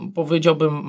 powiedziałbym